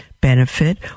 Benefit